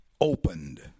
opened